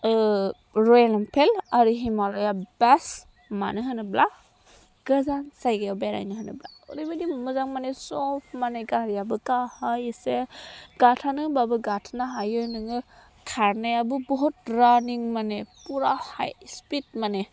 रयेल Enfield आरो Himalaya best मानो होनोब्ला गोजान जायगायाव बेरायनो ओरैबायदि मोजां माने सफ्ट माने गारियाबो गाहाय एसे गाबथानो होनब्लाबो गाबथानो हायो नोङो खारनायाबो बहुद रानिं माने फुरा हाइ स्पिड माने